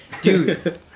Dude